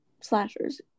slashers